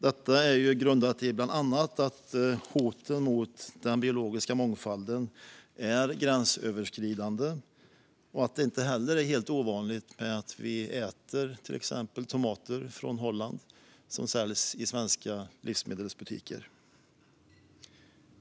Det grundar sig bland annat i att hoten mot den biologiska mångfalden är gränsöverskridande. Det är inte heller helt ovanligt att vi äter till exempel holländska tomater som säljs i svenska livsmedelsbutiker.